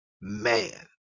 man